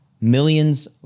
Millions